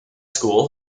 school